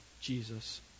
Jesus